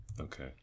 Okay